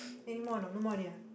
anymore or not no more already ah